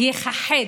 להיכחד.